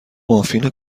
مافین